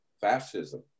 fascism